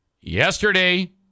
Yesterday